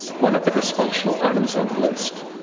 one of the dysfunctional items on the list.